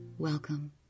Welcome